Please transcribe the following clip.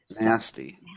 Nasty